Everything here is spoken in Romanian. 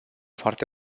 foarte